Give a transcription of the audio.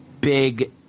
big